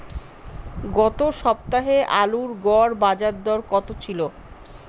গত সপ্তাহে আলুর গড় বাজারদর কত ছিল?